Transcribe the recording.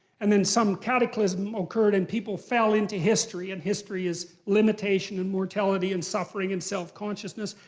and then some cataclysm occurred and people fell into history, and history is limitation and mortality and suffering and self-consciousness.